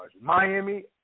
Miami